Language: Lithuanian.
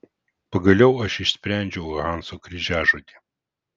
pagaliau aš išsprendžiau hanso kryžiažodį